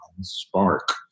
spark